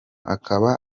akaba